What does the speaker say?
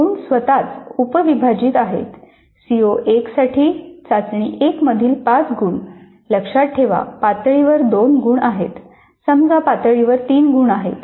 गुण स्वतःच उपविभाजित आहेत सीओ 1 साठी चाचणी 1 मधील 5 गुण लक्षात ठेवा पातळीवर 2 गुण आहेत समजा पातळीवर 3 गुण आहेत